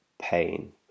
pain